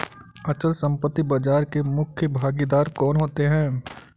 अचल संपत्ति बाजार के मुख्य भागीदार कौन होते हैं?